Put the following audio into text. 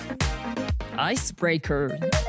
icebreaker